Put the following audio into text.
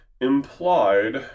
implied